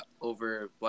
over